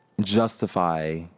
justify